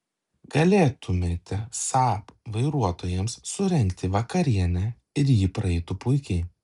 galėtumėte saab vairuotojams surengti vakarienę ir ji praeitų puikiai